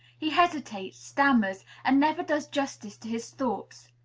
he hesitates, stammers, and never does justice to his thoughts.